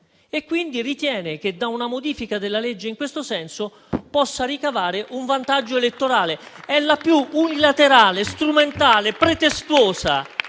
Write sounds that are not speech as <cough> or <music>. quindi ritiene che da una modifica della legge in questo senso possa ricavare un vantaggio elettorale. <applause> È la più unilaterale, strumentale, pretestuosa,